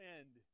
end